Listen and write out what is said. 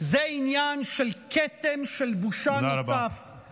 זה עניין של כתם של בושה נוסף, תודה רבה.